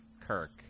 Kirk